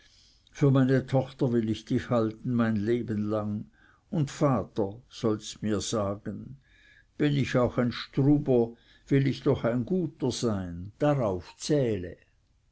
für meine tochter will ich dich halten mein leben lang und vater sollst mir sagen bin ich auch ein struber will ich doch ein guter sein darauf zähle